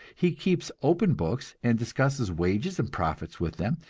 he keeps open books and discusses wages and profits with them,